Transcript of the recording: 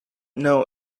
know